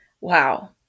Wow